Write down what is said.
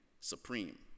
supreme